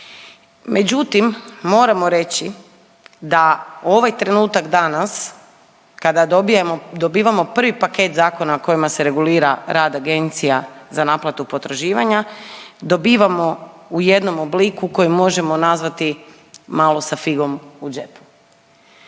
Međutim, moramo reći da ovaj trenutak danas kada dobivamo prvi paket zakona kojima se regulira rad agencija za naplatu potraživanja dobivamo u jednom obliku koji možemo nazvati malo sa figom u džepu.